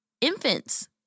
infants